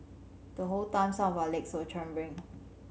the whole time some of our legs were trembling